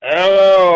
Hello